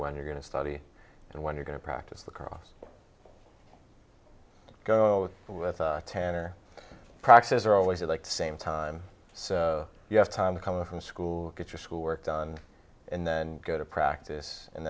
when you're going to study and when you're going to practice the cross go with with ten or proxies are always at the same time so you have time to come in from school get your schoolwork done and then go to practice and